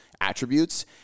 attributes